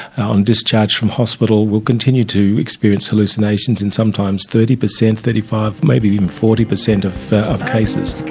on discharge from hospital will continue to experience hallucinations in sometimes thirty per cent, thirty five, maybe even forty per cent of of cases.